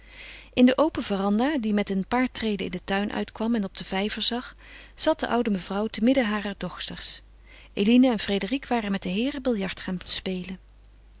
in de open verandah die met een paar treden in den tuin uitkwam en op den vijver zag zat de oude mevrouw te midden harer dochters eline en frédérique waren met de heeren biljart gaan spelen